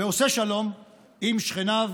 ועושה שלום עם שכניו